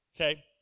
Okay